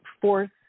force